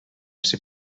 ser